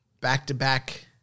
Back-to-back